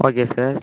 okay sir